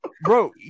Bro